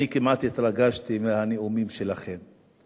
אני כמעט התרגשתי מהנאומים שלכן,